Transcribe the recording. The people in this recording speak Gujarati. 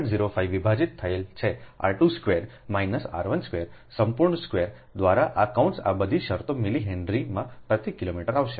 05 વિભાજીત થયેલ છે r 2 square minus r 1 square સંપૂર્ણ સ્ક્વેર દ્વારા અને કૌંસ આ બધી શરતો મિલી હેનરીમાં પ્રતિ કિલોમીટર આવશે